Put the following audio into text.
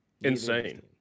Insane